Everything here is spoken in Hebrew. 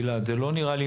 גלעד, זה לא נראה לי.